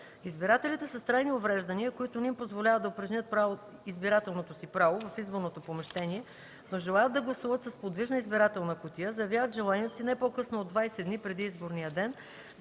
Избирателите с трайни увреждания, които не им позволяват да упражнят избирателното си право в изборното помещение, но желаят да гласуват с подвижна избирателна кутия, заявяват желанието си не по-късно от 20 дни преди изборния ден